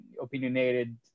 opinionated